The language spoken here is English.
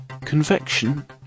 convection